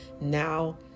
now